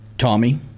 Tommy